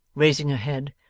raising her head,